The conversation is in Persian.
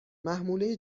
محموله